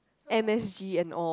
M_S_G and all